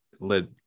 led